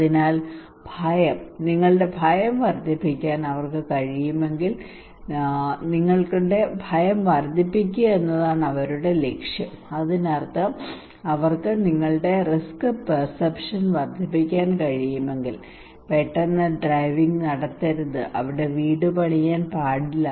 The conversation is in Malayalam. അതിനാൽ ഭയം നിങ്ങളുടെ ഭയം വർദ്ധിപ്പിക്കാൻ അവർക്ക് കഴിയുമെങ്കിൽ നിങ്ങളുടെ ഭയം വർദ്ധിപ്പിക്കുക എന്നതാണ് ലക്ഷ്യം അതിനർത്ഥം അവർക്ക് നിങ്ങളുടെ റിസ്ക് പെർസെപ്ഷൻ വർദ്ധിപ്പിക്കാൻ കഴിയുമെങ്കിൽ പെട്ടെന്ന് ഡ്രൈവിംഗ് നടത്തരുത് നിങ്ങളുടെ വീട് പണിയാൻ പാടില്ല